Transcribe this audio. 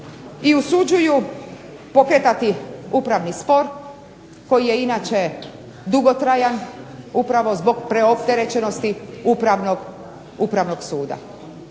i usuđuju pokretati upravni spor, koji je inače dugotrajan, upravo zbog preopterećenosti Upravnog suda.